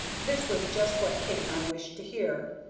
this was just what kate and i wished to hear,